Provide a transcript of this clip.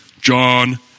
John